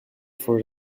for